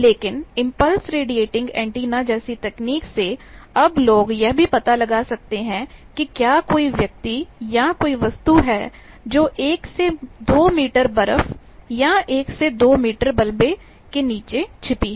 लेकिन impulse radiating antenna जैसी तकनीक से अब लोग यह भी पता लगा सकते हैं कि क्या कोई व्यक्ति या कोई वस्तु है जो 1 से 2 मीटर बर्फ या 1 से 2 मीटर मलबे के नीचे छिपी है